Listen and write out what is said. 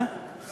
אני לא מסתפק.